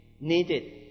needed